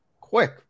quick